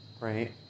right